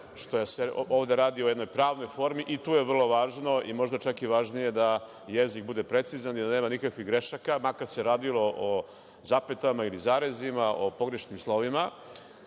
što se ovde radi o jednoj pravnoj formi, i tu je vrlo važno i možda čak i važnije da jezik bude precizan i da nema nikakvih grešaka, makar se radilo o zapetama ili zarezima, o pogrešnim slovima. Ja